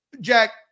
Jack